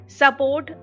support